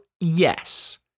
Yes